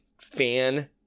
fan